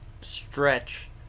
stretch